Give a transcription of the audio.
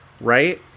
right